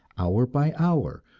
hour by hour,